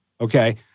Okay